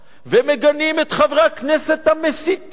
ומגנים את חברי הכנסת המסיתים,